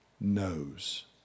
knows